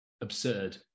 absurd